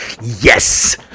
Yes